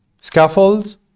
scaffolds